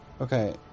okay